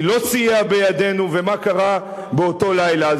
מי לא סייע בידנו ומה קרה באותו לילה.